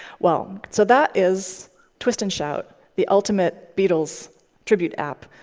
well, so that is twist and shout, the ultimate beatles tribute app.